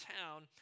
town